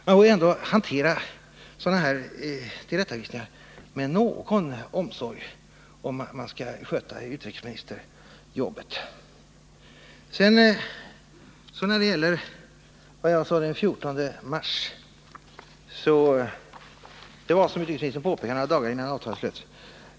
Man bör väl ändå hantera sådana här tillrättavisningar med någon omsorg om man skall sköta utrikesministerjobbet. När det sedan gäller vad jag anförde den 14 mars, så var det ett påpekande dagarna innan avtalet slöts.